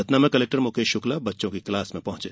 सतना में कलेक्टर मुकेश शुक्ला बच्चों की क्लास में पहुंचें